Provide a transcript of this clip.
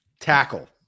Tackle